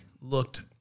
looked